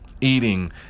eating